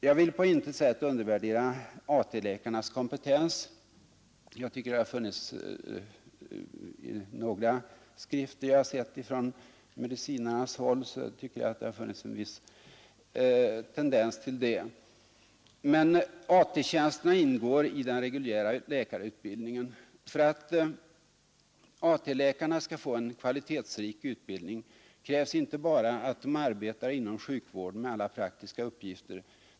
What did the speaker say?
Jag vill på intet sätt undervärdera AT-läkarnas kompetens — jag tycker att det i några skrifter från medicinarnas håll som jag sett funnits en viss tendens till det — men AT-tjänsterna ingår i den reguljära läkarutbildningen. För att AT-läkarna skall få en kvalitetsrik utbildning krävs inte bara att de arbetar inom sjukvården med alla praktiska uppgifter.